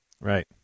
Right